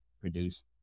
produce